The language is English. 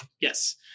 yes